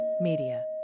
Media